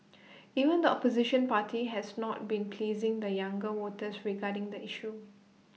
even the opposition party has not been pleasing the younger voters regarding the issue